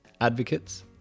advocates